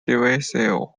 divisive